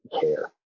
care